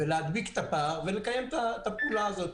להדביק את הפער ולקיים את הפעולה הזו.